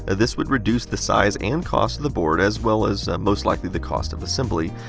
ah this would reduce the size and cost of the board, as well as most likely the cost of assembly.